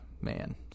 man